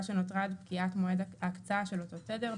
שנותרה עד פקיעת מוקד ההקצאה של אותו תדר,